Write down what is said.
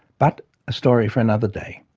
but a story for another day.